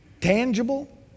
tangible